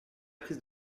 prise